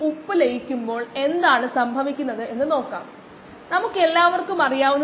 ഇപ്പോൾ ഈ spreadsheet ms excel ഉപയോഗിക്കാൻ നമ്മളെ അനുവദിക്കുന്നു